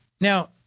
Now